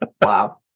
Wow